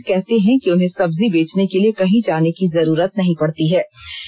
नीलकंठ कहते है कि उन्हें सब्जी बेचने के लिए कहीं जाने की जरूरत नहीं पड़ती है